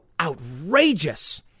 outrageous